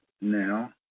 now